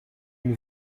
une